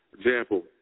Example